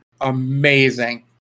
amazing